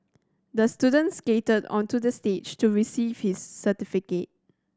the student skated onto the stage to receive his certificate